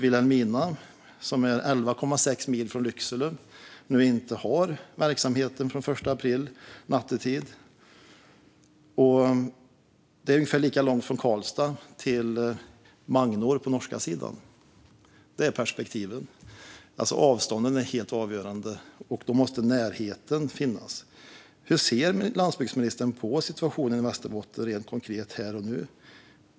Vilhelmina, som ligger 11,6 mil från Lycksele, har sedan den 1 april inte längre någon verksamhet nattetid. Avståndet är ungefär detsamma som från Karlstad till Magnor på den norska sidan. Det är perspektivet. Avstånden är helt avgörande, och då måste närheten finnas. Hur ser landsbygdsministern på situationen i Västerbotten rent konkret här och nu?